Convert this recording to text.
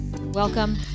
welcome